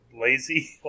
lazy